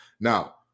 Now